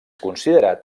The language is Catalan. considerat